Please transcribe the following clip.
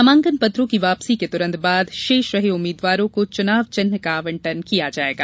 नामांकन पत्रों की वापसी के तुरंत बाद शेष रहे उम्मीदवारों को चुनाव चिन्ह का आवंटन किया जाएगा